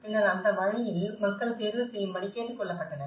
பின்னர் அந்த வழியில் மக்கள் தேர்வு செய்யும்படி கேட்டுக்கொள்ளப்பட்டனர்